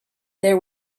there